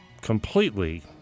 completely